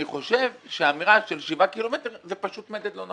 אני חושב שהאמירה של שבעה קילומטרים היא פשוט מדד לא נכון.